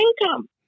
income